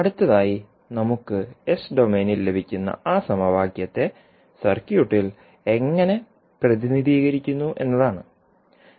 അടുത്തതായി നമുക്ക് എസ് ഡൊമെയ്നിൽ ലഭിക്കുന്ന ആ സമവാക്യത്തെ സർക്യൂട്ടിൽ എങ്ങനെ പ്രതിനിധീകരിക്കുന്നു എന്നതാണ്